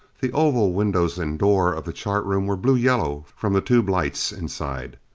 the oval windows and door of the chart room were blue-yellow from the tube lights inside.